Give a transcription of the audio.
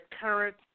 current